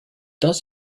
does